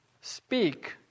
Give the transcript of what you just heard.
speak